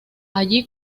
allí